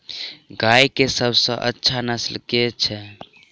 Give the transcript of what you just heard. गाय केँ सबसँ अच्छा नस्ल केँ छैय?